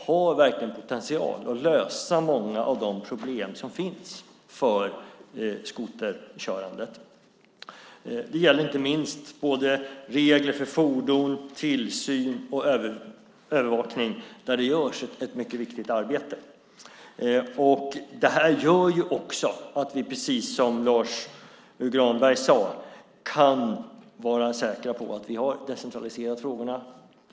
Det har potential att lösa många av de problem som finns för skoterkörandet. Det gäller regler för fordon och övervakning. Där görs ett mycket viktigt arbete. Det gör också, precis som Lars U Granberg sade, att vi kan vara säkra på att vi har decentraliserat frågorna.